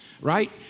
right